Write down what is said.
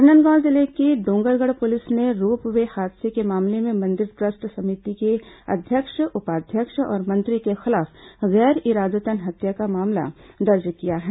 राजनांदगांव जिले की डोंगरगढ़ पुलिस ने रोपवे हादसे के मामले में मंदिर ट्रस्ट समिति के अध्यक्ष उपाध्यक्ष और मंत्री के खिलाफ गैर इरादतन हत्या का मामला दर्ज किया है